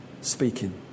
speaking